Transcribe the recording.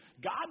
God